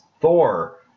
Thor